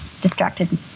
distracted